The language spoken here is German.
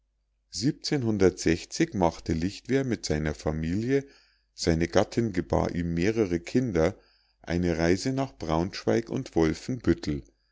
machte lichtwer mit seiner familie seine gattin gebar ihm mehre kinder eine reise nach braunschweig und